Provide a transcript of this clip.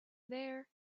there